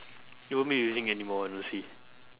you won't be using anymore honestly